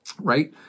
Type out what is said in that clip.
right